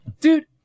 dude